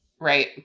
right